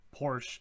Porsche